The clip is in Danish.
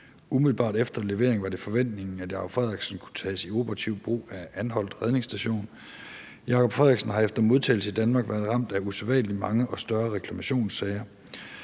Umiddelbart efter leveringen var det forventningen, at »Jacob Frederiksen« kunne tages i operativ brug af Anholt Redningsstation. »Jacob Frederiksen« har efter modtagelsen i Danmark været ramt af usædvanlig mange og større reklamationssager,